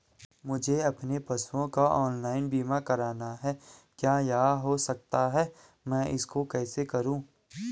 मुझे अपने पशुओं का ऑनलाइन बीमा करना है क्या यह हो सकता है मैं इसको कैसे करूँ?